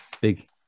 big